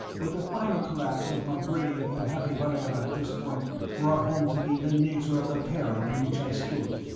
but the final collapse of my brave, unhappy valera at this point brought home to me the nature of the peril in which i stood.